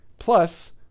plus